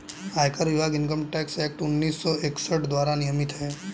आयकर विभाग income tax act उन्नीस सौ इकसठ द्वारा नियमित है